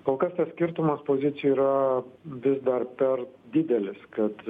kol kas tas skirtumas pozicijų yra vis dar per didelis kad